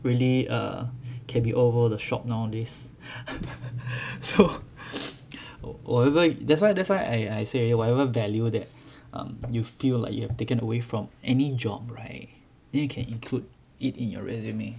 really err can be over the shot nowadays so whatever that's why that's why I I say whatever value that you feel like you have taken away from any job right you can include it in your resume